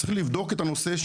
צריך לבדוק את הנושא.